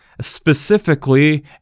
specifically